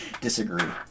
disagree